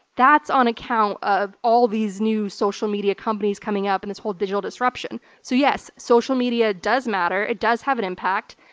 that's on account of all these new social media companies coming up, and this whole digital disruption. so yes, social media does matter. it does have an impact.